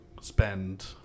spend